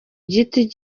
giti